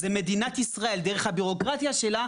זו מדינת ישראל דרך הבירוקרטיה שלה,